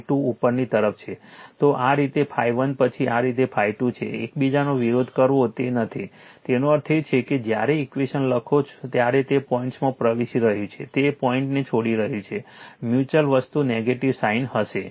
તો આ રીતે ∅1 પછી આ રીતે ∅2 છે એકબીજાનો વિરોધ કરવો તે નથી તેનો અર્થ એ છે કે જ્યારે ઈક્વેશન લખો ત્યારે તે પોઇન્ટમાં પ્રવેશી રહ્યું છે તે પોઇન્ટને છોડી રહ્યું છે કે મ્યુચ્યુઅલ વસ્તુ નેગેટિવ સાઇન હશે